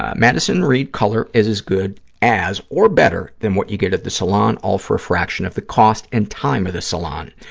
ah madison reed color is as good as or better than what you get at the salon, all for a fraction of the cost and time at the salon.